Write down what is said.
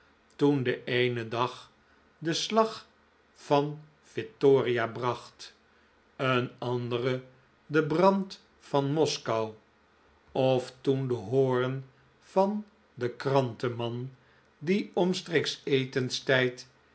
toen de eene dag den slag van vittoria bracht een andere den brand van moskou of toen de hoorn van den krantenman die omstreeks etenstijd